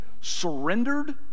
surrendered